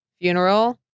funeral